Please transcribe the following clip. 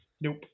Nope